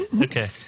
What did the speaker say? Okay